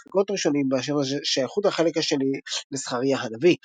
ספקות ראשונים באשר לשייכות החלק השני לזכריה הנביא,